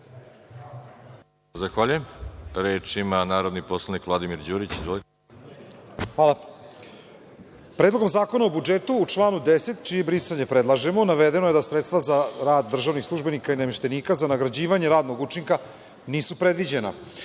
Zahvaljujem. Reč ima narodni poslanik Vladimir Đurić. **Vladimir Đurić** Hvala. Predlogom zakona o budžetu u članu 10. čije brisanje predlažemo navedeno je da sredstva za rad državnih službenika i nameštenika, za nagrađivanje radnog učinka nisu predviđena.